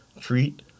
treat